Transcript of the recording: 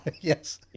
Yes